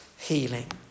healing